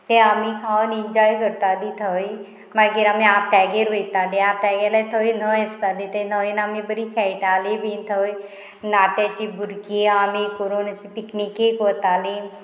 ते आमी खावन इंजॉय करताली थंय मागीर आमी आत्यागेर वयतालीं आतां गेल्यार थंय न्हंय आसतालीं तें न्हंयेन आमी बरी खेळटाली बी थंय नात्याची भुरगीं आमी करून अशी पिकनिकेक वताली